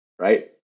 right